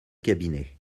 cabinet